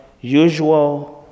usual